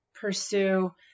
pursue